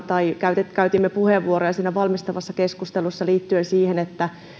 tai käytimme käytimme puheenvuoroja siinä valmistavassa keskustelussa liittyen siihen että